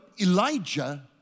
Elijah